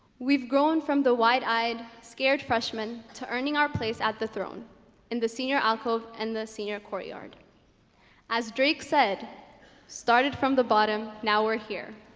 we've grown from the wide-eyed scared freshmen to earning our place at the throne in the senior alcove and the senior courtyard as drake said started from the bottom now we're here